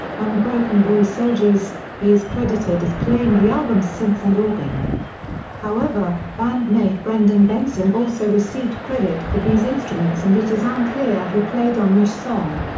on broken boy soldiers, he is credited as playing the album's synths and organ however, bandmate brendan benson also received credit for these instruments and it is unclear who played on which song.